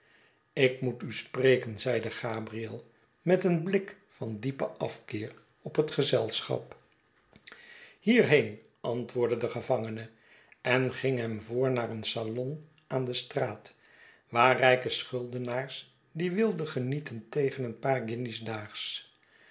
ik moet u spreken zeide gabriel met een blik van diepen afkeer op het gezelschap hierheen antwoordde de gevangene en ging hem voor naar een salon aan de straat waar rijke schuldenaars die weelde genieten tegen een paar